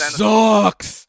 sucks